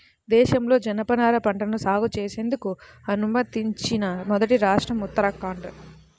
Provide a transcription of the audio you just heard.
దేశంలో జనపనార పంటను సాగు చేసేందుకు అనుమతించిన మొదటి రాష్ట్రం ఉత్తరాఖండ్